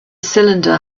cylinder